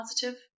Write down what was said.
positive